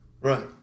Right